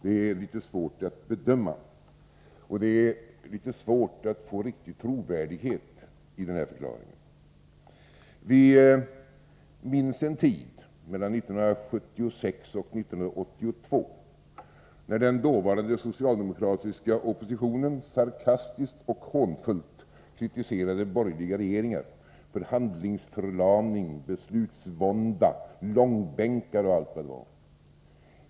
Det är litet svårt att bedöma, och det är litet svårt att riktigt få trovärdighet i den här förklaringen. Vi minns en tid mellan 1976 och 1982, när den dåvarande socialdemokratiska oppositionen sarkastiskt och hånfullt kritiserade borgerliga regeringar för handlingsförlamning, beslutsvånda, långbänkar och allt vad det var.